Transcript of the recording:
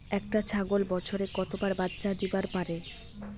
একটা ছাগল বছরে কতবার বাচ্চা দিবার পারে?